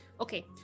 Okay